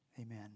amen